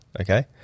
Okay